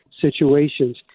situations